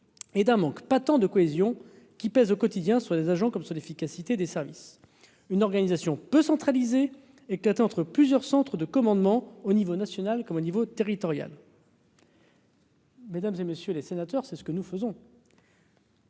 et d'un manque pas tant de cohésion qui pèse au quotidien sur des agents comme sur l'efficacité des services, une organisation peu centraliser éclatée entre plusieurs centres de commandement au niveau national comme au niveau territorial. Mesdames et messieurs les sénateurs, c'est ce que nous faisons.